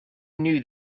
knew